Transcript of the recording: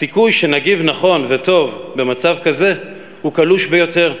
הסיכוי שנגיב נכון וטוב במצב כזה הוא קלוש ביותר,